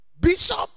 Bishop